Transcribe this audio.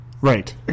Right